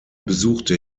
besuchte